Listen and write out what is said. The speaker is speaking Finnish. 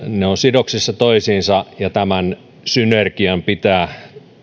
ne ovat sidoksissa toisiinsa ja tämän synergian pitää